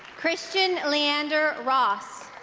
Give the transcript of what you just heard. christian leander ross